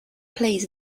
plays